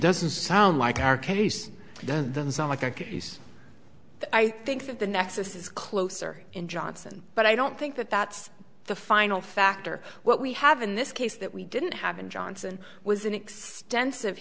doesn't sound like our case doesn't sound like a case i think the nexus is closer in johnson but i don't think that that's the final factor what we have in this case that we didn't have in johnson was an extensive